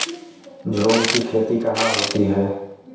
झूम की खेती कहाँ होती है?